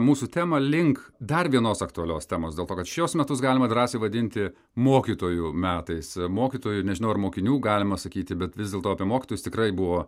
mūsų temą link dar vienos aktualios temos dėl to kad šiuos metus galima drąsiai vadinti mokytojų metais mokytojų nežinau ar mokinių galima sakyti bet vis dėlto apie mokytojus tikrai buvo